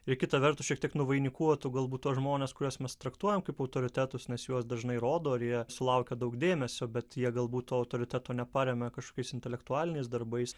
ir kita vertus šiek tiek nuvainikuotų galbūt tuos žmones kuriuos mes traktuojam kaip autoritetus nes juos dažnai rodo ir jie sulaukia daug dėmesio bet jie galbūt to autoriteto neparemia kažkokius intelektualiniais darbais